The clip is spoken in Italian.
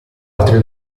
altre